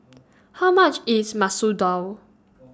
How much IS Masoor Dal